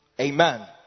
Amen